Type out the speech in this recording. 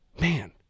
Man